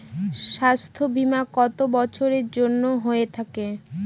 স্বাস্থ্যবীমা কত বছরের জন্য হয়ে থাকে?